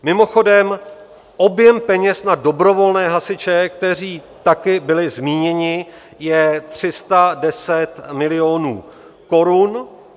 Mimochodem, objem peněz na dobrovolné hasiče, kteří taky byli zmíněni, je 310 milionů korun.